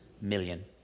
million